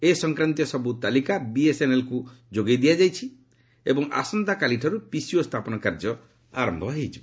ଏହି ସଂକ୍ରାନ୍ତୀୟ ସବୁ ତାଲିକା ବିଏସ୍ଏନ୍ଏଲ୍କୁ ଯୋଗାଇ ଦିଆଯାଇଛି ଏବଂ ଆସନ୍ତାକାଲିଠାରୁ ପିସିଓ ସ୍ଥାପନ କାର୍ଯ୍ୟ ଆରମ୍ଭ ହୋଇଯିବ